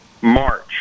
March